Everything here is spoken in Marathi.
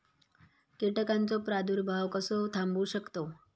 कीटकांचो प्रादुर्भाव कसो थांबवू शकतव?